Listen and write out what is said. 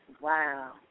Wow